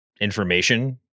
information